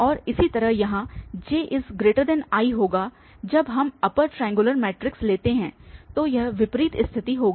और इसी तरह यहाँ ji होगा जब हम अपर ट्राइऐंग्युलर मैट्रिक्स लेते हैं तो यह विपरीत स्थिति होगी